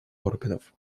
органов